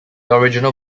original